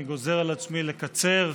אני גוזר על עצמי לקצר,